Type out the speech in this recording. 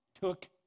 took